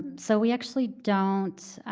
so we actually don't,